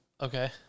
Okay